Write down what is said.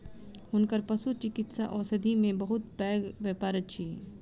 हुनकर पशुचिकित्सा औषधि के बहुत पैघ व्यापार अछि